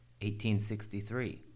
1863